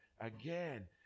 again